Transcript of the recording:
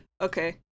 Okay